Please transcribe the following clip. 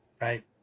right